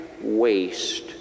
waste